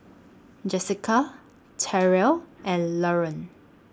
Jessika Tyrell and Laron